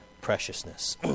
preciousness